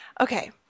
okay